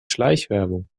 schleichwerbung